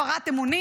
הפרת אמונים,